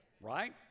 right